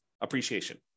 appreciation